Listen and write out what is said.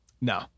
No